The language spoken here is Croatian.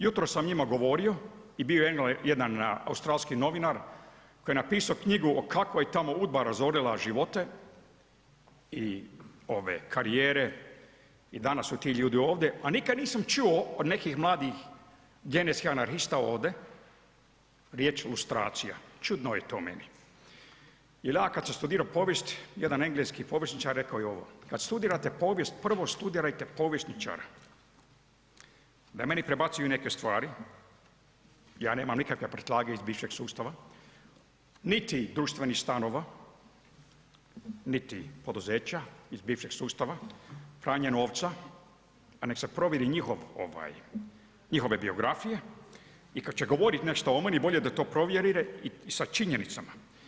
Jutros sam njima govorio i bio je jedan australski novinar koji je napisao knjigu o kako je tamo Udba razorila živote i ove karijere i danas su ti ljudi ovde, a nikad nisam čuo od nekih mladih genetskih anarhista ovde riječ lustracija, čudno je to meni jer ja kad sam studirao povijest jedan engleski povjesničar rekao je ovo, kad studirate povijest prvo studirajte povjesničara, da meni prebacuju neke stvari, ja nemam nikakve prtljage iz bivšeg sustava niti društvenih stanova, niti poduzeća iz bivšeg sustava, pranje novca, pa nek se provjere njihove biografije i kad će govorit nešto o meni, bolje da to provjere i sa činjenicama.